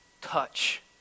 touch